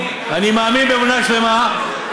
אני מאמין באמונה שלמה,